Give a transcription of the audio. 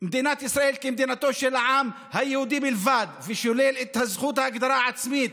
מדינת ישראל כמדינתו של העם היהודי בלבד ושולל את זכות ההגדרה העצמית